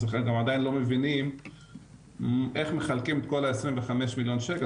זאת אומרת הם עדיין לא מבינים איך מחלקים את כל העשרים וחמש מיליון שקל,